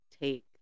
take